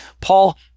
Paul